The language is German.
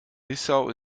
bissau